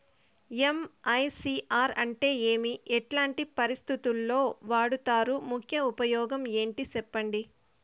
MICR అంటే ఏమి? ఎట్లాంటి పరిస్థితుల్లో వాడుతారు? ముఖ్య ఉపయోగం ఏంటి సెప్పండి?